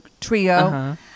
Trio